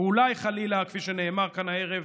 ואולי, חלילה, כפי שנאמר כאן הערב,